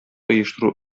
оештыру